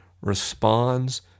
responds